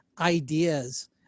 ideas